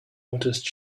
noticed